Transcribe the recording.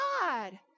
God